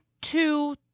two